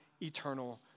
Eternal